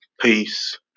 peace